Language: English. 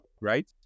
right